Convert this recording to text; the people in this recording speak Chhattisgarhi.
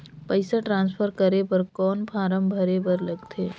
पईसा ट्रांसफर करे बर कौन फारम भरे बर लगथे?